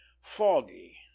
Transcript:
foggy